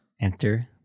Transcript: Enter